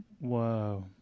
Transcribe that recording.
Whoa